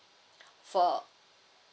for